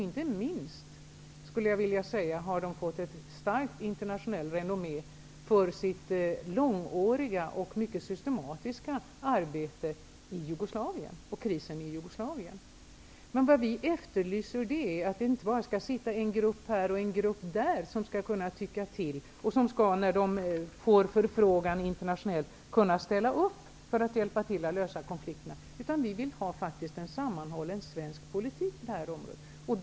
Inte minst, skulle jag vilja säga, har de fått ett starkt internationellt renommé för sitt mångåriga och mycket systematiska arbete i Jugoslavien och med krisen där. Det vi efterlyser är att det inte bara skall sitta en grupp här och en grupp där som skall kunna tycka till och som, när de får förfrågan, skall kunna ställa upp och hjälpa till att lösa konflikterna. Vi vill ha en sammanhållen svensk poliltik på det här området.